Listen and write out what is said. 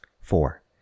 Four